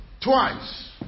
Twice